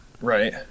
Right